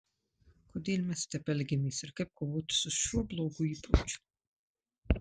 kodėl mes taip elgiamės ir kaip kovoti su šiuo blogu įpročiu